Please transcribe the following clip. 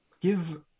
give